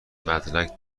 مدرک